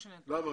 למה,